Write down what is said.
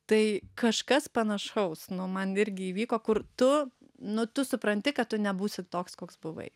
tai kažkas panašaus nu man irgi įvyko kur tu nu tu supranti kad tu nebūsi toks koks buvai